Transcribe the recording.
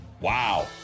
Wow